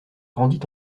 rendit